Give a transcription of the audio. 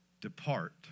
depart